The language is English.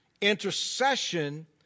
Intercession